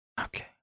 Okay